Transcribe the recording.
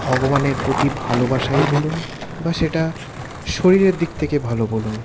ভগবানের প্রতি ভালোবাসাই বলুন বা সেটা শরীরের দিক থেকে ভালো বলুন